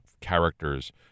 characters